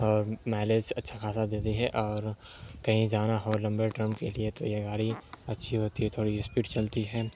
اور مائلیج اچھا خاصا دیتی ہے اور کہیں جانا ہو لمبے ٹرم کے لیے تو یہ گاڑی اچھی ہوتی ہے تھوڑی اسپیڈ چلتی ہے